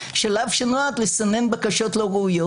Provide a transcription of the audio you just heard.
שלב שנועד לסנן בקשות לא ראויות.